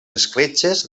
escletxes